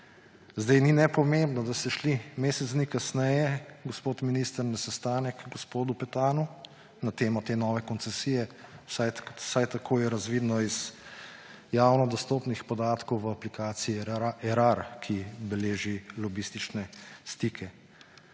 Ni nepomembno, da ste šli mesec dni kasneje, gospod minister, na sestanek h gospodu Petanu na temo te nove koncesije, vsaj tako je razvidno iz javno dostopnih podatkov v aplikaciji Erar, ki beleži lobistične stike.